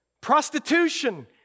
prostitution